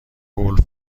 گلف